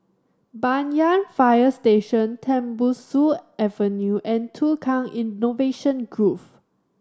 Banyan Fire Station Tembusu Avenue and Tukang Innovation Grove